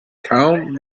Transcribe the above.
kaum